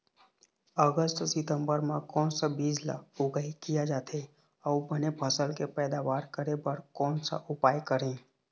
अगस्त सितंबर म कोन सा बीज ला उगाई किया जाथे, अऊ बने फसल के पैदावर करें बर कोन सा उपाय करें?